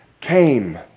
came